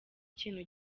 ikintu